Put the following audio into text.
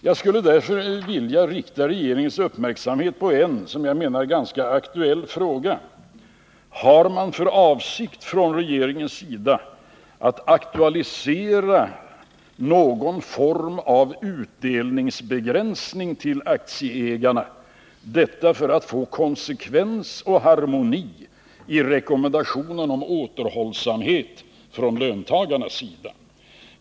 Jag skulle därför vilja rikta regeringens uppmärksamhet på en som jag menar ganska aktuell fråga: Har man från regeringens sida för avsikt att aktualisera någon form av begränsning av aktieutdelningarna till aktieägarna — detta för att få konsekvens och harmoni i rekommendationen om återhållsamhet från löntagarnas sida?